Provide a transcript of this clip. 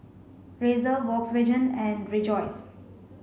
Razer Volkswagen and Rejoice